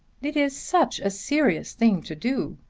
it is such a serious thing to do.